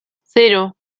cero